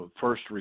first